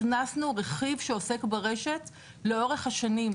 הכנסנו רכיב שעוסק ברשת לאורך השנים,